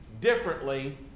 differently